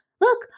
look